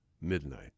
midnight